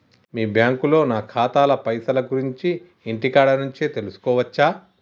మీ బ్యాంకులో నా ఖాతాల పైసల గురించి ఇంటికాడ నుంచే తెలుసుకోవచ్చా?